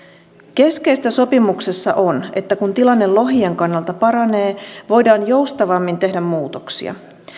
keskeistä sopimuksessa on että kun tilanne lohien kannalta paranee voidaan joustavammin tehdä muutoksia